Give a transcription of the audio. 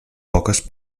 poques